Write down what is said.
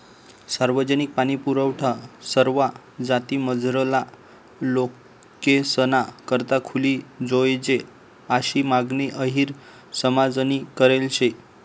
सार्वजनिक पाणीपुरवठा सरवा जातीमझारला लोकेसना करता खुली जोयजे आशी मागणी अहिर समाजनी करेल शे